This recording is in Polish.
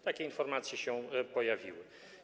Takie informacje się pojawiły.